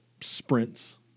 sprints